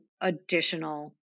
additional